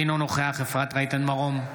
אינו נוכח אפרת רייטן מרום,